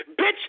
Bitch